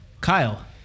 Kyle